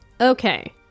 Okay